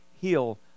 heal